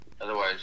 otherwise